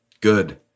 Good